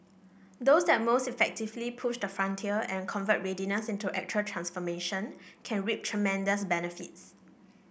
those that most effectively push the frontier and convert readiness into actual transformation can reap tremendous benefits